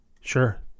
Sure